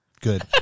good